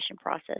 process